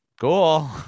cool